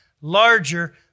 larger